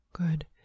Good